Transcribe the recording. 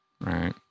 Right